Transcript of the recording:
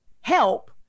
help